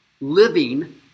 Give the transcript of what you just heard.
living